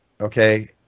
okay